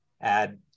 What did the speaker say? add